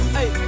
Hey